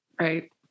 Right